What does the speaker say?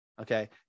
okay